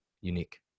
unique